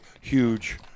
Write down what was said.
huge